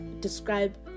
describe